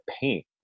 paint